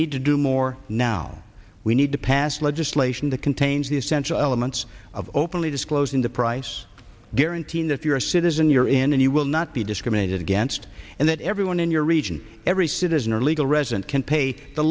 need to do more now we need to pass legislation that contains the essential elements of openly disclosing the price guaranteeing that you're a citizen you're in and you will not be discriminated against and that everyone in your region every citizen or legal resident can pay the